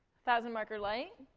thousand marker light.